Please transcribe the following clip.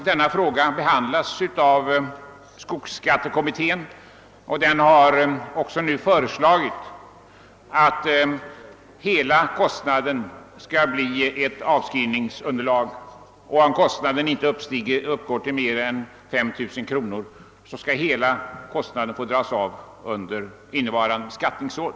Denna fråga har nu behandlats av skogsskattekommittén, som också har föreslagit att hela kostnaden för skogsbilvägar skall vara underlag för avskrivning, och om hela kostnaden inte uppgår till mer än 5000 kronor skall hela summan få dras av innevarande beskattningsår.